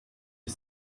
you